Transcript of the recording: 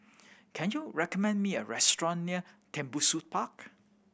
can you recommend me a restaurant near Tembusu Park